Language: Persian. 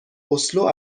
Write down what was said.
اسلو